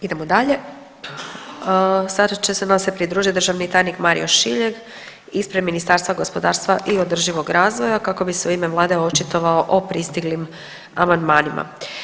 Idemo dalje, sada će nam se pridružiti državni tajnik Mario Šiljeg ispred Ministarstva gospodarstva i održivog razvoja kako bi se u ime vlade očitovao o pristiglim amandmanima.